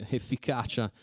efficacia